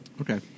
Okay